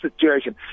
situation